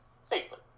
safely